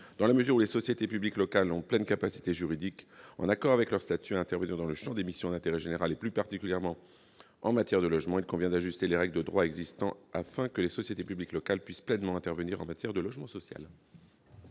Dans la mesure où les sociétés publiques locales ont pleine capacité juridique, en accord avec leurs statuts, à intervenir dans le champ des missions d'intérêt général, plus particulièrement en matière de logement, il convient d'ajuster les règles de droit existant, afin que les sociétés publiques locales puissent pleinement intervenir dans le domaine du logement social.